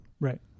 right